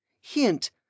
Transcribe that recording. Hint